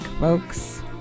folks